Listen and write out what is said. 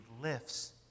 lifts